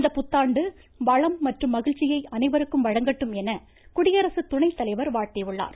இந்த புத்தாண்டு வளம் மற்றும் மகிழ்ச்சியை அனைவருக்கும் வழங்கட்டும் என குடியரசு துணைத்தலைவர் வாழ்த்தியுள்ளார்